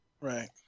Right